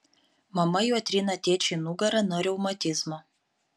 mama juo trina tėčiui nugarą nuo reumatizmo